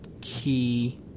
key